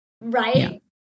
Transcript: right